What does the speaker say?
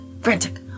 frantic